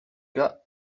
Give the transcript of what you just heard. cas